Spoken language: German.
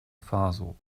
faso